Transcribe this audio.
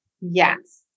Yes